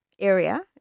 area